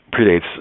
predates